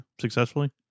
Successfully